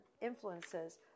influences